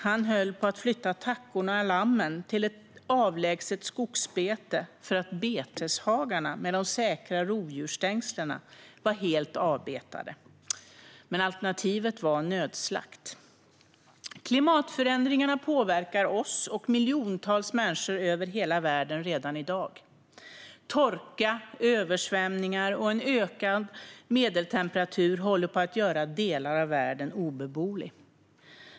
Han höll på att flytta tackorna och lammen till ett avlägset skogsbete för att beteshagarna med de säkra rovdjursstängslen var helt avbetade. Alternativet var nödslakt. Klimatförändringarna påverkar oss och miljontals människor över hela världen redan i dag. Torka, översvämningar och en ökad medeltemperatur håller på att göra delar av världen obeboelig.